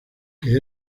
que